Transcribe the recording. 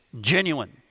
genuine